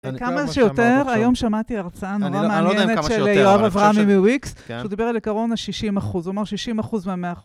כמה שיותר, היום שמעתי הרצאה נורא מעניינת של יואב אברהם מוויקס, שהוא דיבר על עקרון ה-60%, זאת אומרת 60% מה-100%.